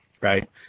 right